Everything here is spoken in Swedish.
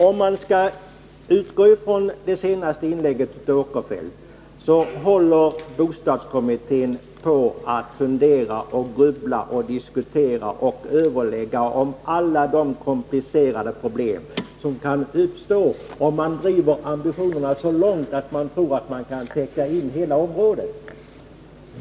Om man skall utgå från det senaste inlägget av Sven Eric Åkerfeldt, håller bostadsrättskommittén på att fundera, grubbla, diskutera och överlägga när det gäller alla de komplicerade problem som kan uppstå om man driver ambitionerna så långt att man tror att man skall kunna täcka in hela området.